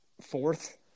fourth